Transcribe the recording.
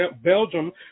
Belgium